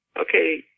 okay